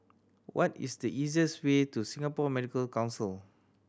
what is the easiest way to Singapore Medical Council